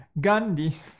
Gandhi